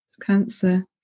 cancer